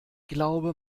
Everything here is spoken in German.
glaube